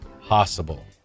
possible